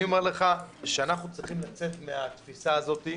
אנחנו צריכים לצאת מהתפיסה הזאת,